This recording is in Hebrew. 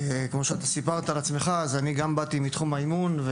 כמו שסיפרת על עצמך אז אני גם באתי מתחום האימון,